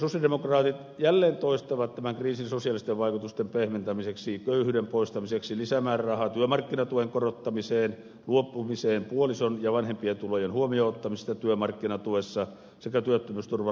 sosialidemokraatit toistavat jälleen tämän kriisin sosiaalisten vaikutusten pehmentämiseksi ja köyhyyden poistamiseksi myös lisämäärärahaa työmarkkinatuen korottamiseen luopumista puolison ja vanhempien tulojen huomioon ottamisesta työmarkkinatuessa sekä työttömyysturvan lapsikorotusten parantamista